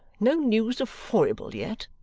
no news of foible yet?